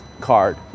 card